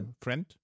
friend